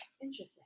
interesting